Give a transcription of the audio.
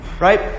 right